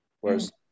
whereas